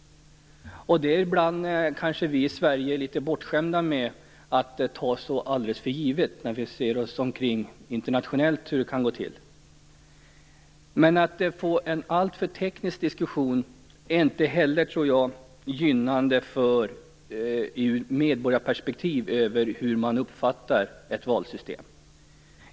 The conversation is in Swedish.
Ibland är vi i Sverige kanske litet bortskämda med att ta detta för givet, speciellt om man ser hur det kan gå till internationellt. Men en alltför teknisk diskussion gynnar inte heller medborgarperspektivet, dvs. hur man uppfattar valsystemet.